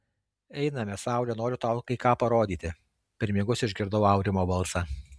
einame saule noriu tau kai ką parodyti per miegus išgirdau aurimo balsą